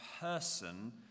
person